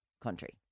country